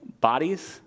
bodies